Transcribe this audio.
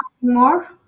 more